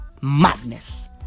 madness